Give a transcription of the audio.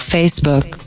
Facebook